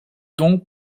donc